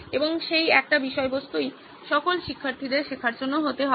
এবং সেই একটি বিষয়বস্তুই সকল শিক্ষার্থীদের শেখার জন্য হতে হবে